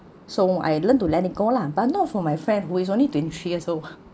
so I learned to let it go lah but not for my friend who is only twenty three years old